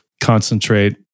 concentrate